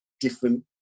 different